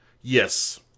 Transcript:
yes